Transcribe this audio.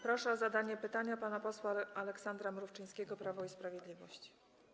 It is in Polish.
Proszę o zadanie pytania pana posła Aleksandra Mrówczyńskiego, Prawo i Sprawiedliwość.